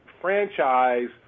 franchise